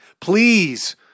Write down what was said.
Please